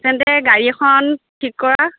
তেন্তে গাড়ী এখন ঠিক কৰা